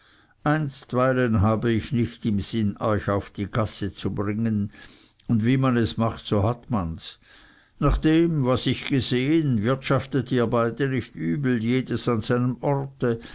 einstweilen habe ich nicht im sinn euch auf die gasse zu bringen und wie man es macht so hat mans nach dem was ich gesehen habe wirtschaftet ihr beide nicht übel jedes an seinem orte